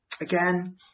again